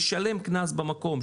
לשלם קנס במקום,